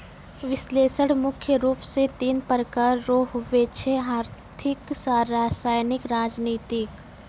विश्लेषण मुख्य रूप से तीन प्रकार रो हुवै छै आर्थिक रसायनिक राजनीतिक